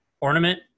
ornament